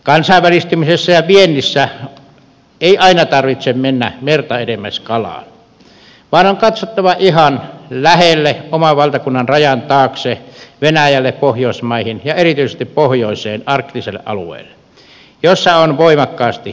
kansainvälistymisessä ja viennissä ei aina tarvitse mennä merta edemmäs kalaan vaan on katsottava ihan lähelle oman valtakunnan rajan taakse venäjälle pohjoismaihin ja erityisesti pohjoiseen arktiselle alueelle missä on voimakkaasti kasvavat markkinat